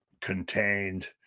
contained